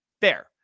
Fair